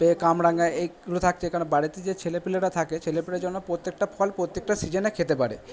কামরাঙা এইগুলো থাকছে কারণ বাড়িতে যে ছেলেপুলেরা থাকে ছেলেপুলেদের জন্য প্রত্যেকটা ফল প্রত্যেকটা সিজেনে খেতে পারে